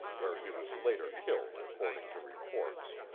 where he was later killed, according to reports.